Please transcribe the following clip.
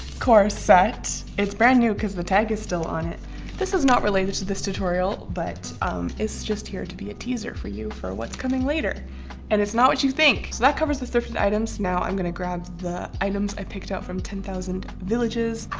corset, it's brand-new because the tag is still on it this is not related to this tutorial, but it's just here to be a teaser for you for what's coming later and it's not what you think! so that covers the thrifted items now, i'm gonna grab the items i picked out from ten thousand villages.